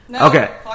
Okay